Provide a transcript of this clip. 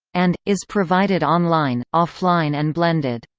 and, is provided online, offline and blended.